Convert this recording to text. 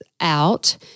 out